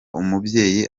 umubyeyi